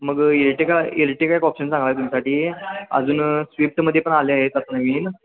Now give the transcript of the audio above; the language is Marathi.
मग इल्टीगा इल्टीगा एक ऑप्शन चांगला आहे तुमच्यासाठी अजून स्विफ्टमध्ये पण आले आहेत आता नवीन